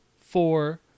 four